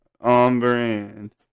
On-brand